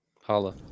Holla